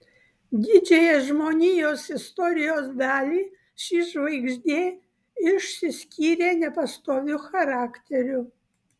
didžiąją žmonijos istorijos dalį ši žvaigždė išsiskyrė nepastoviu charakteriu